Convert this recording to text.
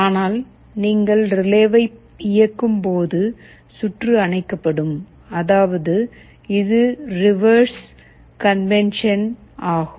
ஆனால் நீங்கள் ரிலேவை இயக்கும்போது சுற்று அணைக்கப்படும் அதாவது இது ரிவேர்ஸ் கன்வென்ஷன் ஆகும்